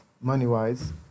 money-wise